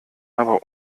aber